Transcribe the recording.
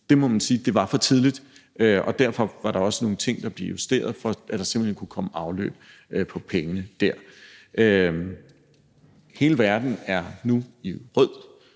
Det må man sige var for tidligt. Derfor var der også nogle ting, der blev justeret, for at der simpelt hen kunne komme et afløb af pengene. Hele verden er nu i rød,